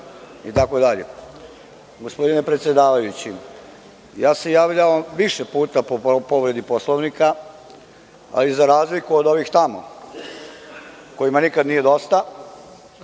itd. Gospodine predsedavajući, ja sam se javljao više puta po povredi Poslovnika, ali za razliku od ovih tamo kojima nikada nije dosta,